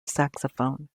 saxophone